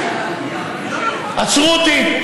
עצרו אותי,